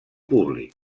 públic